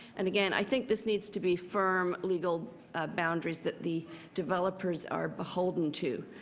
and again, i think this needs to be firm legal boundaries that the developers are beholden to,